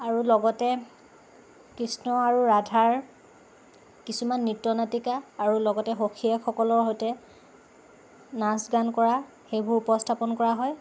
আৰু লগতে কৃষ্ণ আৰু ৰাধাৰ কিছুমান নৃত্য নাটিকা আৰু লগতে সখীয়েকসকলৰ সৈতে নাচ গান কৰা সেইবোৰ উপস্থাপন কৰা হয়